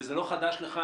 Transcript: וזה לא חדש לך,